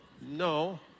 No